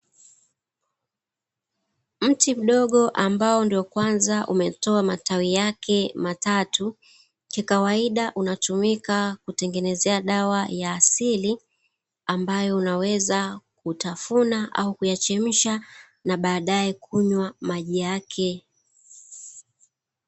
Mti mdogo ambao ndio kwanza umetoa matawi yake matatu, kikawaida unatumika kutengenezea dawa ya asili amabayo unaweza kutafuna au kuchemsha na baadae kunywa maji yake.